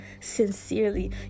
sincerely